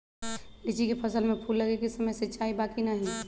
लीची के फसल में फूल लगे के समय सिंचाई बा कि नही?